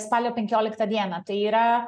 spalio penkioliktą dieną tai yra